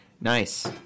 nice